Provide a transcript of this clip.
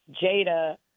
Jada